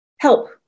Help